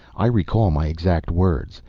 i recall my exact words.